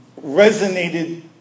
resonated